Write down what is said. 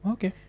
Okay